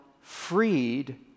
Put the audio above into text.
freed